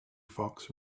fox